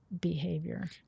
behavior